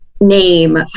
name